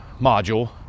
module